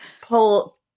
pull